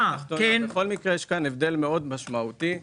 בכל מקרה, יש כאן הבדל מאוד משמעותי.